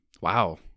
wow